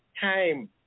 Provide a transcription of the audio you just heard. time